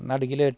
നടുവിലായിട്ട്